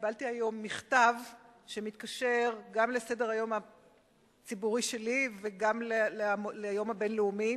קיבלתי היום מכתב שמתקשר גם לסדר-היום הציבורי שלי וגם ליום הבין-לאומי,